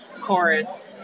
chorus